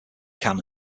canons